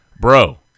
bro